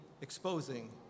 exposing